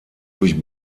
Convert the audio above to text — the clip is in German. durch